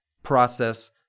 process